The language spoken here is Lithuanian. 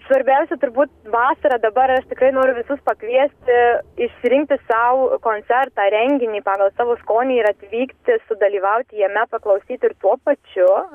svarbiausia turbūt vasara dabar aš tikrai noriu visus pakviesti išsirinkti sau koncertą renginį pagal savo skonį ir atvykti sudalyvauti jame paklausyti ir tuo pačiu